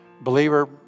Believer